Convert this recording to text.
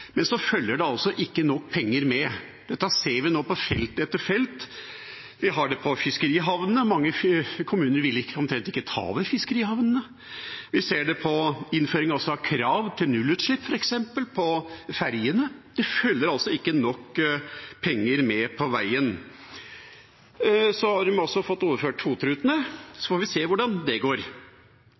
men det følger altså ikke nok penger med. Dette ser vi nå på felt etter felt. Vi ser det på fiskerihavnene. Mange kommuner vil omtrent ikke ta over fiskerihavnene. Vi ser det på innføring av krav om nullutslipp på ferjene. Det følger ikke nok penger med på veien. Så har de også fått overført FOT-rutene. Vi får se hvordan det går.